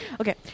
Okay